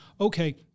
okay